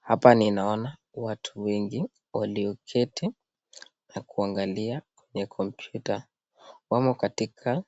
Hapa ninaona watu wengi walioketi na kuangalia kwenye kompyuta. Wamo katika